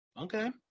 Okay